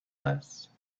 less